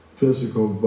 physical